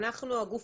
אנחנו הגוף